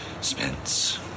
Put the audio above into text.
Spence